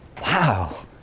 Wow